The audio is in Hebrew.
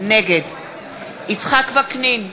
נגד יצחק וקנין,